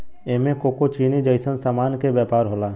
एमे कोको चीनी जइसन सामान के व्यापार होला